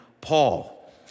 Paul